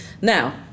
Now